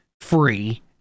free